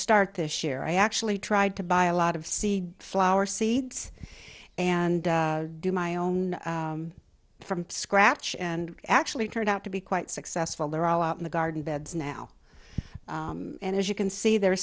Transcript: start this year i actually tried to buy a lot of sea flower seeds and do my own from scratch and actually turned out to be quite successful they're all out in the garden beds now and as you can see the